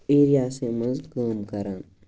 area سٕے منٛز کٲم کران